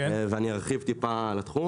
בשביל להפוך רעיון לסטארט-אפ,